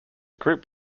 group